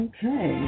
Okay